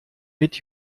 mit